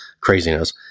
craziness